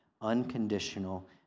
unconditional